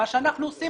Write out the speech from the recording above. מה שאנחנו עושים,